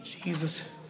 Jesus